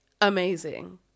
amazing